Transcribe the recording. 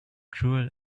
cruel